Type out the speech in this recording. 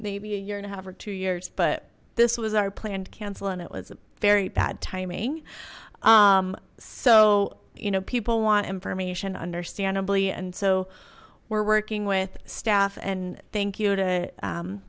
maybe a year and a half or two years but this was our planned cancel and it was a very bad timing so you know people want information understandably and so we're working with staff and thank you to